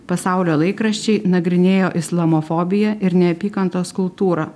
pasaulio laikraščiai nagrinėjo islamofobiją ir neapykantos kultūrą